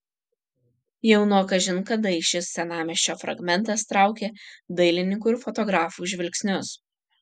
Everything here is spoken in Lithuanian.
jau nuo kažin kadai šis senamiesčio fragmentas traukė dailininkų ir fotografų žvilgsnius